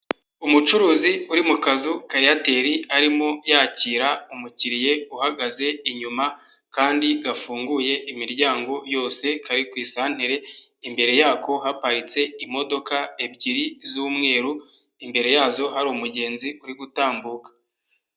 Umucuruzi uri mu kazu ka Airtel arimo yakira umukiriya uhagaze inyuma, kandi gafunguye imiryango yose, kari ku santere imbere yako haparitse imodoka ebyiri z'umweru, imbere yazo hari umugenzi uri gutambuka.